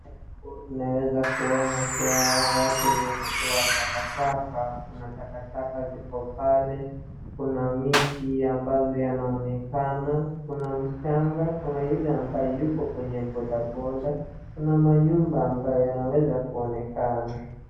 Mbele yangu tunaweza kuona kuwa watu wanatoa takataka, kuna takataka ziko pale, kuna miti ambayo yanaonekana, kuna mchanga. Kuna yule ambaye yuko kwenye bodaboda kuna manyumba ambayo yanaweza kuonekana